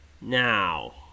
Now